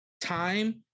time